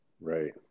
Right